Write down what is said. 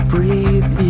Breathe